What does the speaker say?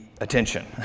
attention